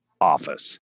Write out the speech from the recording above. office